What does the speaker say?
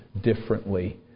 differently